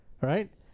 Right